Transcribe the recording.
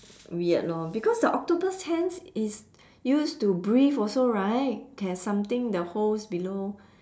weird lor because the octopus hands is used to breathe also right have something the holes below